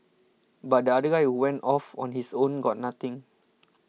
but the other guy who went off on his own got nothing